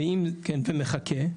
כן, ומחכה.